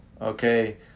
Okay